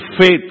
faith